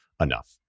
enough